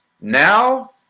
now